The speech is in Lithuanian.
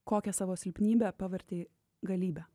kokią savo silpnybę pavertei galybe